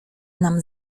nam